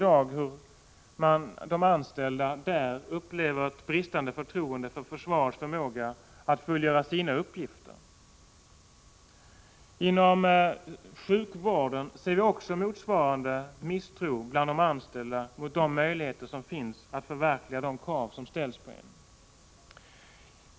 De anställda där upplever ett bristande förtroende för försvarets förmåga att fullgöra sina uppgifter. Inom sjukvården finns motsvarande misstro hos de anställda mot de möjligheter som finns att förverkliga de krav som ställs på en.